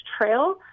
trail